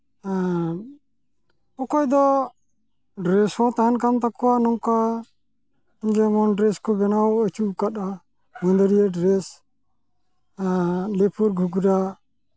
ᱟᱨ ᱚᱠᱚᱭ ᱫᱚ ᱰᱨᱮᱹᱥ ᱦᱚᱸ ᱛᱟᱦᱮᱱ ᱠᱟᱱ ᱛᱟᱠᱚᱣᱟ ᱱᱚᱝᱠᱟ ᱡᱮᱢᱚᱱ ᱰᱨᱮᱹᱥ ᱠᱚ ᱵᱮᱱᱟᱣ ᱦᱸᱚᱪᱚᱣ ᱠᱟᱜᱼᱟ ᱢᱩᱱᱰᱟᱹᱨᱤᱭᱟᱹ ᱰᱨᱮᱹᱥ ᱟᱨ ᱞᱤᱯᱷᱩᱨ ᱜᱷᱚᱜᱽᱨᱟ